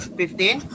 fifteen